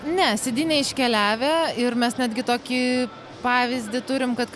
ne cd neiškeliavę ir mes netgi tokį pavyzdį turime kad